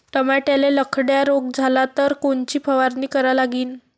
टमाट्याले लखड्या रोग झाला तर कोनची फवारणी करा लागीन?